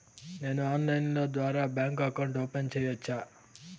నేను ఆన్లైన్ ద్వారా bank account open సేయొచ్చా?